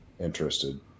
interested